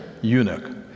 eunuch